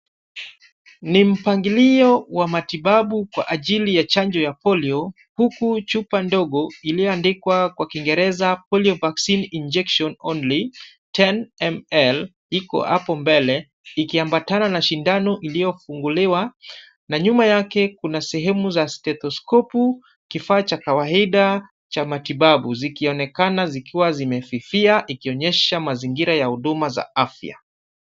Ni mpangilio wa matibabu kwa ajili ya chanjo ya polio huku chupa ndogo iliyoandikwa kwa Kiingereza polio vaccine injection only 10ml iko hapo mbele, ikiambatana na sindano iliyofunguliwa na nyuma yake kuna sehemu za stethoskopu kifaa cha kawaida cha matibabu, zikionekana zikiwa zimefifia ikionyesha mazingira ya huduma za afya.